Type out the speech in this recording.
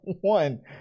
one